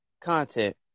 content